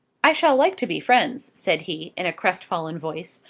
i shall like to be friends, said he, in a crestfallen voice,